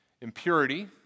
impurity